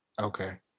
Okay